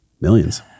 millions